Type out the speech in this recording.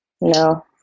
No